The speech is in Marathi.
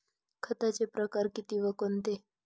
खताचे प्रकार किती व कोणते?